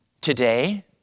today